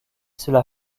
cela